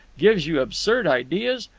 gives you absurd ideas,